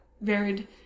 varied